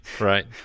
right